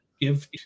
give